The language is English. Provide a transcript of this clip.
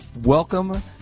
welcome